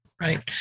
right